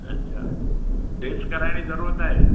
अच्छा टेस्ट कराइण जी ज़रूरत आहे